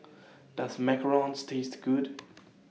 Does Macarons Taste Good